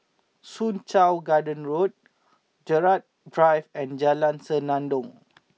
Soo Chow Garden Road Gerald Drive and Jalan Senandong